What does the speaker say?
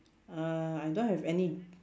uh I don't have any